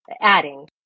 adding